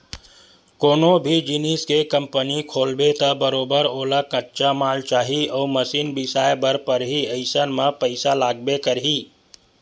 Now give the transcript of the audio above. कोनो भी जिनिस के कंपनी खोलबे त बरोबर ओला कच्चा माल चाही अउ मसीन बिसाए बर परही अइसन म पइसा लागबे करही